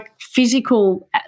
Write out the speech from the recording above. physical